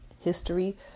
history